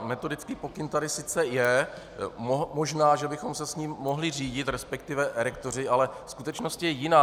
Metodický pokyn tady sice je, možná bychom se jím mohli řídit, respektive rektoři, ale skutečnost je jiná.